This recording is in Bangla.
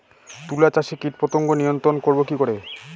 তুলা চাষে কীটপতঙ্গ নিয়ন্ত্রণর করব কি করে?